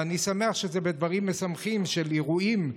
ואני שמח שזה בדברים משמחים של אירועים,